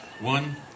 One